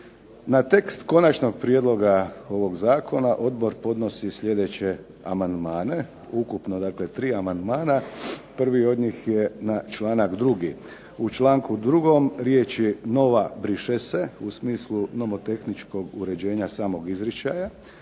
Na tekst konačnog prijedloga ovog zakona odbor podnosi sljedeće amandmane, ukupno dakle 3 amandmana. Prvi od njih je na članak 2. U članku 2. riječ nova briše se u smislu nomotehničkog uređenja samog izričaja.